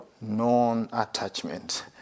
Non-attachment